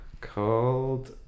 called